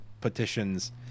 petitions